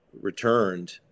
returned